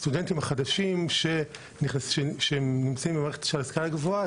לנתונים של השנה על הסטודנטים החדשים שנמצאים במערכת של השכלה גבוהה,